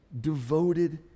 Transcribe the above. devoted